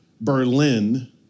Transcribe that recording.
Berlin